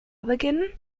beginnen